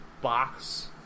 box